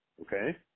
okay